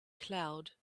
cloud